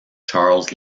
charles